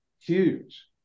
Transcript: huge